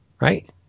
Right